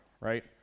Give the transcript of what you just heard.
Right